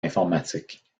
l’informatique